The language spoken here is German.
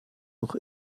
noch